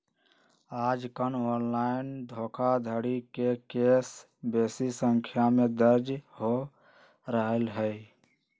याजकाल ऑनलाइन धोखाधड़ी के केस बेशी संख्या में दर्ज हो रहल हइ